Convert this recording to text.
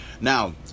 Now